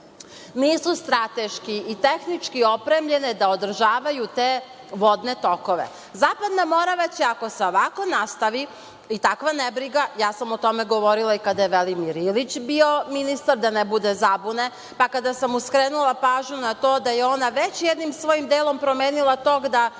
nisu strateški i tehnički opremljene da održavaju te vodne tokove. Zapadna Morava će, ako se ovako nastavi i takva nebriga, ja sam o tome govorila i kada je Velimir Ilić bio ministar, da ne bude zabune, pa kad sam mu skrenula pažnju na to da je ona već jednim svojim delom promenila tok, da